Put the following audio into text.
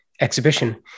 exhibition